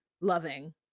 loving